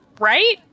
Right